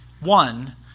one